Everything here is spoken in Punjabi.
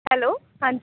ਹੈਲੋ ਹਾਂਜੀ